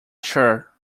sure